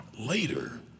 later